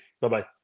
Bye-bye